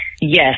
Yes